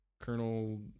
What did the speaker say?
Colonel